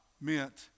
meant